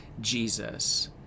Jesus